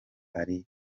ari